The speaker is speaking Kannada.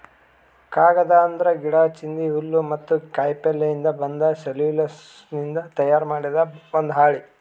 ಕಾಗದ್ ಅಂದ್ರ ಗಿಡಾ, ಚಿಂದಿ, ಹುಲ್ಲ್ ಮತ್ತ್ ಕಾಯಿಪಲ್ಯಯಿಂದ್ ಬಂದ್ ಸೆಲ್ಯುಲೋಸ್ನಿಂದ್ ತಯಾರ್ ಮಾಡಿದ್ ಒಂದ್ ಹಾಳಿ